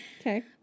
okay